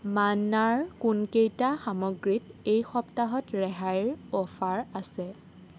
মান্নাৰ কোনকেইটা সামগ্ৰীত এই সপ্তাহত ৰেহাইৰ অফাৰ আছে